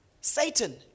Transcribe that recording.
Satan